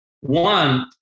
One